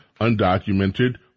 undocumented